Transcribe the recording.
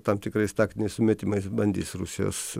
tam tikrais taktiniais sumetimais bandys rusijos